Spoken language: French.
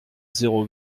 zéro